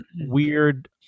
weird